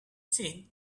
seen